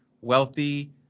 wealthy